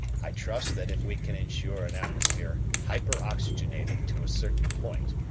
i trust that if we can ensure an atmosphere hyper-oxygenated to a certain point,